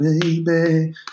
baby